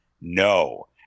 no